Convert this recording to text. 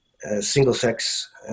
single-sex